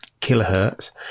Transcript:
kilohertz